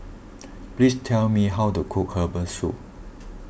please tell me how to cook Herbal Soup